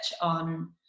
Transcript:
on